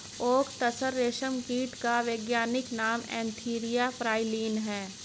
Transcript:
okay तसर रेशम कीट का वैज्ञानिक नाम एन्थीरिया प्राइलीन है